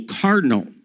cardinal